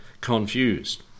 confused